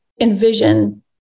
envision